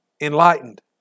enlightened